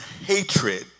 hatred